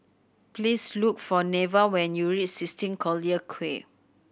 please look for Neva when you reach sixteen Collyer Quay